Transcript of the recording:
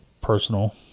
personal